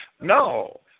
No